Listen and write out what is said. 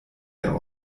der